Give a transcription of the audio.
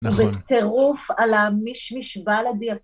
נכון. זה טירוף על המישמיש בלאדי.